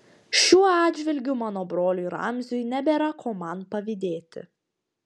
šiuo atžvilgiu mano broliui ramziui nebėra ko man pavydėti